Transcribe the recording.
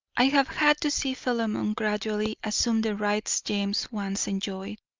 i have had to see philemon gradually assume the rights james once enjoyed.